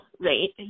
right